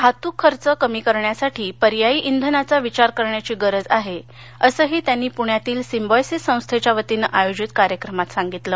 वाहतूक खर्च कमी करण्यासाठी पर्यायी इंधनाचा विचार करण्याची गरज आहे असंही त्यांनी पुण्यातील सिंबायोसिस संस्थेच्या वतीनं आयोजित कार्यक्रमांत सांगितलं